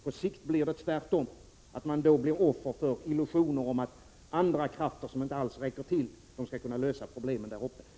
På sikt blir det tvärtom: då blir man offer för illusioner om att andra krafter, som inte alls räcker till, skall kunna lösa problemen i Norrland.